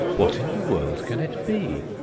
what in the world can it be?